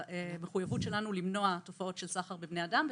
במחויבות שלנו למנוע תופעות של סחר בבני אדם.